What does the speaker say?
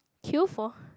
queue for